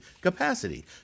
capacity